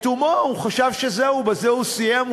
לתומו, הוא חשב שזהו, בזה הוא סיים.